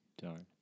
Darn